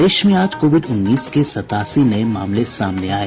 प्रदेश में आज कोविड उन्नीस के सतासी नये मामले सामने आये